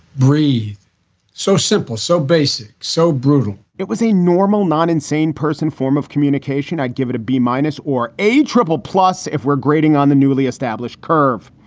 breathe so simple, so basic, so brutal it was a normal, non insane person form of communication. i'd give it a b minus or a triple plus if we're grading on the newly established curve.